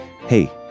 hey